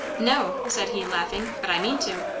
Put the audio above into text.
no, said he, laughing but i mean to.